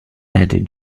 eddie